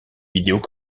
vidéos